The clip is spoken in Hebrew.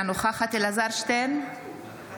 אינה נוכחת אלעזר שטרן,